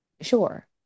Sure